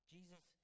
Jesus